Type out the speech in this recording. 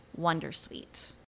Wondersuite